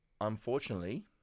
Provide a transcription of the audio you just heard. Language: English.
unfortunately